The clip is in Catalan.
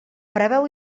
preveu